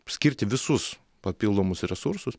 skirti visus papildomus resursus